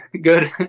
good